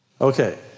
Okay